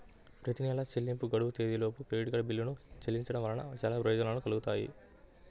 ప్రతి నెలా చెల్లింపు గడువు తేదీలోపు క్రెడిట్ కార్డ్ బిల్లులను చెల్లించడం వలన చాలా ప్రయోజనాలు కలుగుతాయి